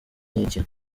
niki